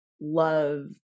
love